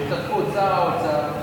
בהשתתפות שר האוצר,